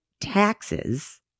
taxes